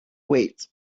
wait